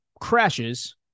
crashes